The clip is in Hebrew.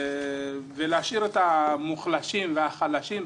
ולהשאיר את המוחלשים והחלשים,